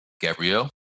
gabrielle